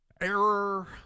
error